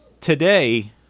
today